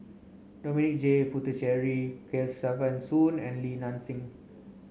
Dominic J Puthucheary Kesavan Soon and Li Nanxing